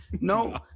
No